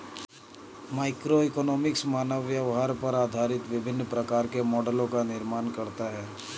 microeconomics मानव व्यवहार पर आधारित विभिन्न प्रकार के मॉडलों का निर्माण करता है